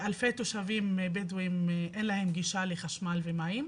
אלפי תושבים בדואים אין להם גישה לחשמל ומים.